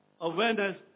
awareness